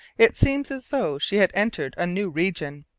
it seems as though she had entered a new region,